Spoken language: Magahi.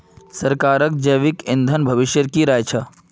सरकारक जैविक ईंधन भविष्येर की राय छ